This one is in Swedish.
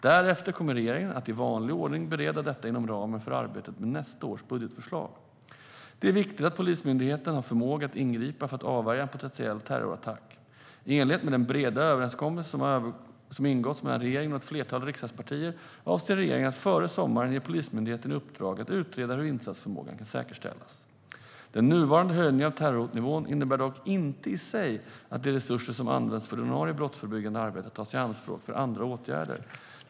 Därefter kommer regeringen att, i vanlig ordning, bereda detta inom ramen för arbetet med nästa års budgetförslag. Det är viktigt att Polismyndigheten har förmåga att ingripa för att avvärja en potentiell terrorattack. I enlighet med den breda överenskommelse som ingåtts mellan regeringen och ett flertal riksdagspartier avser regeringen att före sommaren ge Polismyndigheten i uppdrag att utreda hur insatsförmågan kan säkerställas. Den nuvarande höjningen av terrorhotnivån innebär dock inte i sig att de resurser som används för det ordinarie brottsförebyggande arbetet tas i anspråk för andra åtgärder.